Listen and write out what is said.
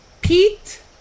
Pete